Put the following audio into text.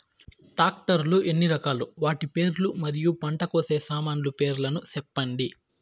Tractor లు ఎన్ని రకాలు? వాటి పేర్లు మరియు పంట కోసే సామాన్లు పేర్లను సెప్పండి?